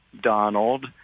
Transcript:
Donald